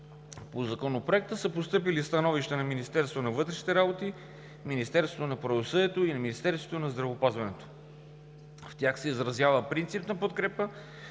По Законопроекта са постъпили становища от Министерството на вътрешните работи, Министерството на правосъдието и Министерството на здравеопазването. В тях се изразява принципна подкрепа